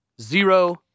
zero